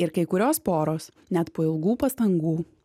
ir kai kurios poros net po ilgų pastangų